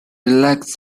elects